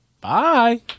Bye